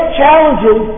challenges